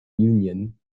union